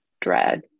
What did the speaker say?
dread